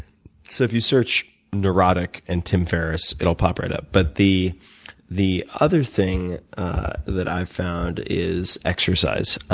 so if you search neurotic and tim ferriss, it'll pop right up. but the the other thing that i've found is exercise.